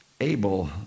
Abel